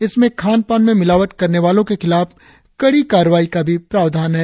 इसमें खान पान में मिलावट करने वालों के खिलाफ कड़ी कार्रवाई का भी प्रावधान है